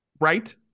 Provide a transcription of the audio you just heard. right